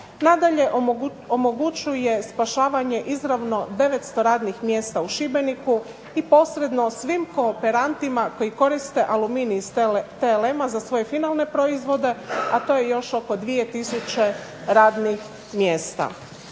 nadalje omogućuje spašavanje izravno 900 radnih mjesta u Šibeniku, i posredno svim kooperantima koji koriste aluminij iz TLM-a za svoje finalne proizvode, a to je još oko 2 tisuće radnih mjesta.